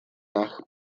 nach